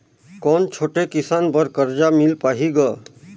कौन छोटे किसान बर कर्जा मिल पाही ग?